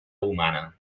humana